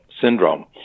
syndrome